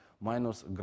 minus